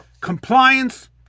Compliance